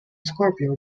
scorpio